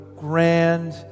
grand